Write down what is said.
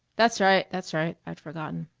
that's right, that's right i'd forgotten.